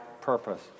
purpose